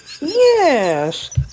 Yes